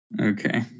Okay